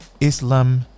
Islam